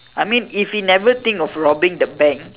I mean if he never think of robbing the bank